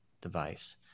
device